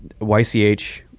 ych